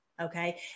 okay